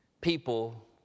people